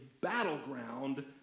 battleground